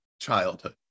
childhood